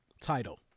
title